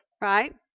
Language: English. right